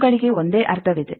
ಇವುಗಳಿಗೆ ಒಂದೇ ಅರ್ಥವಿದೆ